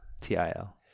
T-I-L